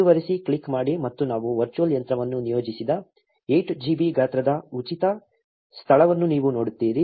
ಮುಂದುವರಿಸು click ಮಾಡಿ ಮತ್ತು ನಾವು ವರ್ಚುವಲ್ ಯಂತ್ರವನ್ನು ನಿಯೋಜಿಸಿದ 8 GB ಗಾತ್ರದ ಉಚಿತ ಸ್ಥಳವನ್ನು ನೀವು ನೋಡುತ್ತೀರಿ